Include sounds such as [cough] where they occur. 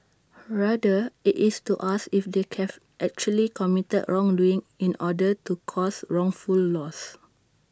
rather IT is to ask if they [unintelligible] actually committed wrongdoing in order to cause wrongful loss